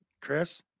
Chris